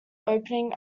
opening